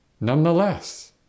nonetheless